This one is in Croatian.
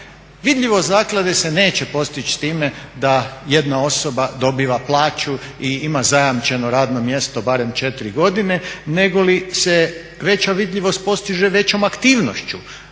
Vidljivost zaklade se neće postići time da jedna osoba dobiva plaću i ima zajamčeno radno mjesto barem 4 godine nego li se veća vidljivost postiže većom aktivnošću